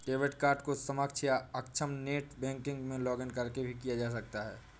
debit card को सक्षम या अक्षम नेट बैंकिंग में लॉगिंन करके भी किया जा सकता है